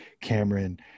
Cameron